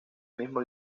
mismo